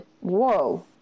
Whoa